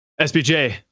SBJ